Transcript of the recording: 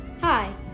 Hi